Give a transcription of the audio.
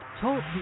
Talk